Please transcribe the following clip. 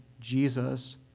Jesus